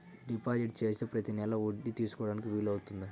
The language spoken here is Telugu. డిపాజిట్ చేస్తే ప్రతి నెల వడ్డీ తీసుకోవడానికి వీలు అవుతుందా?